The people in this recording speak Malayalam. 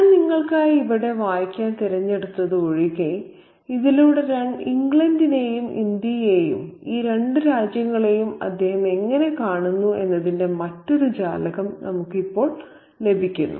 ഞാൻ നിങ്ങൾക്കായി ഇവിടെ വായിക്കാൻ തിരഞ്ഞെടുത്തത് ഒഴികെ ഇതിലൂടെ ഇംഗ്ലണ്ടിനെയും ഇന്ത്യയെയും ഈ രണ്ട് രാജ്യങ്ങളെയും അദ്ദേഹം എങ്ങനെ കാണുന്നു എന്നതിന്റെ മറ്റൊരു ജാലകം ഇപ്പോൾ നമുക്ക് ലഭിക്കുന്നു